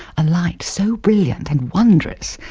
a light so brilliant and wondrous,